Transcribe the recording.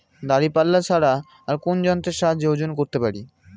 দাঁড়িপাল্লা ছাড়া আর কোন যন্ত্রের সাহায্যে ওজন করতে পারি?